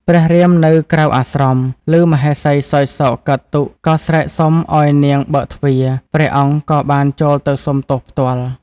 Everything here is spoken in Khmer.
ព្រះរាមនៅក្រៅអាស្រម ឮមហេសីសោយសោកកើតទុក្ខ ក៏ស្រែកសុំឱ្យនាងបើកទ្វារ ព្រះអង្គក៏បានចូលទៅសុំទោសផ្ទាល់។